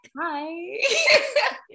hi